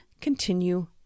continue